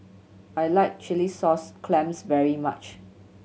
I like chilli sauce clams very much